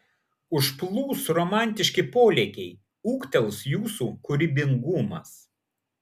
užplūs romantiški polėkiai ūgtels jūsų kūrybingumas